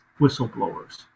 whistleblowers